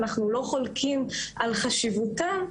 אנחנו לא חלוקים על חשיבותן,